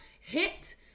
hit